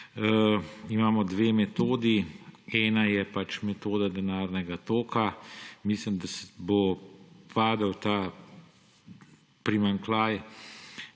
imamo dve metodi. Ena je metoda denarnega toka. Mislim, da bo padel ta primanjkljaj